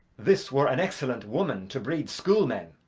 this were an excellent woman to breed school-men.